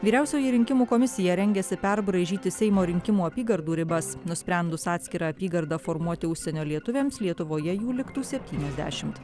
vyriausioji rinkimų komisija rengiasi perbraižyti seimo rinkimų apygardų ribas nusprendus atskirą apygardą formuoti užsienio lietuviams lietuvoje jų liktų septyniasdešimt